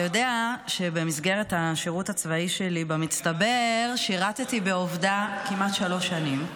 אתה יודע שבמסגרת השירות הצבאי שלי במצטבר שירתי בעובדה כמעט שלוש שנים,